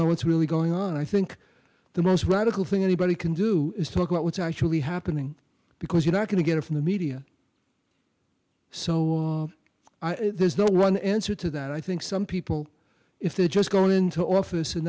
know what's really going on i think the most radical thing anybody can do is talk about what's actually happening because you're not going to get it from the media so there's no one answer to that i think some people if they're just going into office and